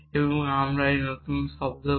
এবং আমরা একটি নতুন শব্দ পাই